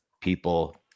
people